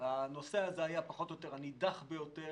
הנושא הזה היה הנידח ביותר